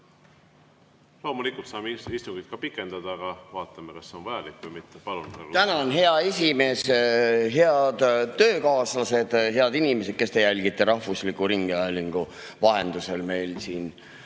Loomulikult saame istungit ka pikendada, aga vaatame, kas see on vajalik või mitte. Palun! Tänan, hea esimees! Head töökaaslased! Head inimesed, kes te jälgite rahvusliku ringhäälingu vahendusel meil siin